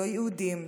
לא יהודים.